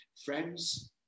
Friends